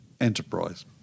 enterprise